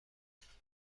خواهد